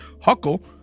Huckle